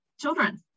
children